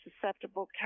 susceptible